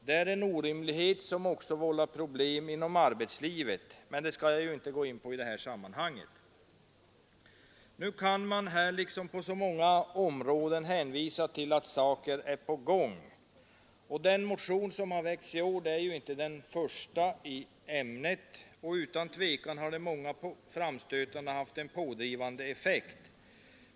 Det är en orimlighet som också vållar problem inom arbetslivet, men det skall jag inte gå in på i detta sammanhang. Nu kan man här liksom på så många områden hänvisa till att saker är på gång. Den motion som har väckts i år är ju inte den första i ämnet, och utan tvivel har de många framstötarna haft en pådrivande effekt.